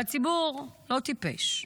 והציבור לא טיפש.